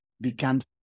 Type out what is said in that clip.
becomes